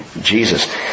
Jesus